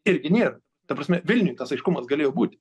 irgi nėr ta prasme vilniuj tas aiškumas galėjo būti